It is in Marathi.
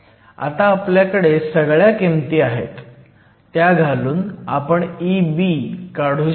आता आपल्याकडे सगळ्या किमती आहेत त्या घालून आपण Eb काढू शकतो